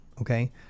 okay